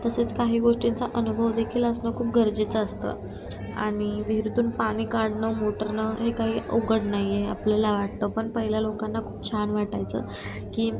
तसेच काही गोष्टींचा अनुभव देखील असणं खूप गरजेचं असतं आणि विहिरीतून पाणी काढणं मोटरनं हे काही अवघड नाही आहे आपल्याला वाटतं पण पहिल्या लोकांना खूप छान वाटायचं की